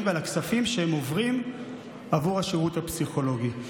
והכספים שעוברים עבור השירות הפסיכולוגי.